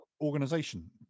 organization